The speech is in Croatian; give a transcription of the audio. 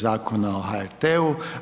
Zakona o HRT-u.